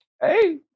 Hey